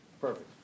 perfect